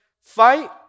fight